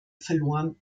verloren